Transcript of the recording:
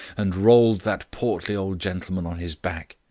and rolled that portly old gentleman on his back.